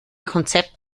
konzept